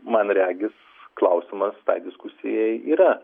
man regis klausimas tai diskusijai yra